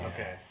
Okay